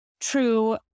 true